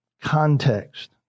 context